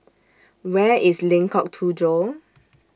Where IS Lengkok Tujoh